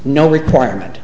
no requirement